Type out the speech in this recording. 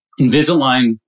Invisalign